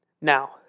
Now